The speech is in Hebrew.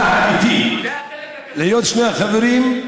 יחד איתי להיות שני חברים,